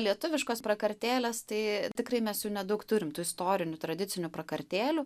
lietuviškos prakartėlės tai tikrai mes jų nedaug turim tų istorinių tradicinių prakartėlių